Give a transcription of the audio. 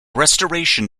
restoration